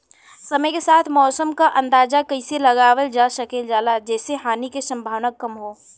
समय के साथ मौसम क अंदाजा कइसे लगावल जा सकेला जेसे हानि के सम्भावना कम हो?